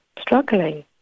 struggling